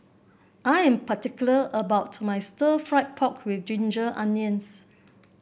I am particular about my Stir Fried Pork with Ginger Onions